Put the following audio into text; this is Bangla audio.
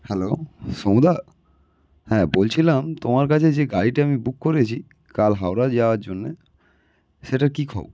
হ্যালো সোমুদা হ্যাঁ বলছিলাম তোমার কাছে যে গাড়িটা আমি বুক করেছি কাল হাওড়া যাওয়ার জন্যে সেটা কী খবর